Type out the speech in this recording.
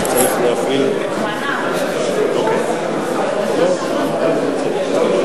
הצעת חוק מס ערך מוסף (תיקון מס' 39),